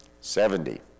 Seventy